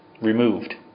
removed